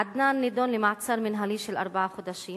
עדנאן נידון למעצר מינהלי של ארבעה חודשים